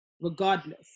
regardless